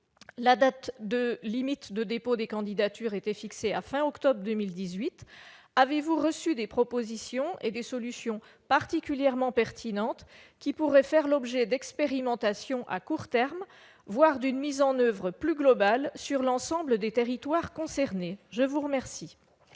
La date limite de dépôt des candidatures était fixée à la fin octobre 2018. Avez-vous reçu des propositions et des solutions particulièrement pertinentes qui pourraient faire l'objet d'expérimentations à court terme, voire d'une mise en oeuvre plus globale sur l'ensemble des territoires concernés ? La parole